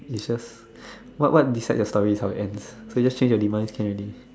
it's just what what decides your story is how it ends so just change your demise can already